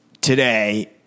today